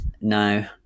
No